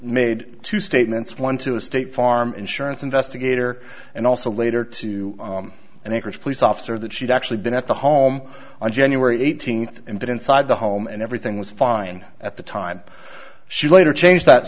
made two statements one to a state farm insurance investigator and also later to an interest police officer that she'd actually been at the home on january eighteenth and put inside the home and everything was fine at the time she later changed that